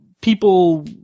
people